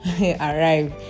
arrive